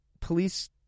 police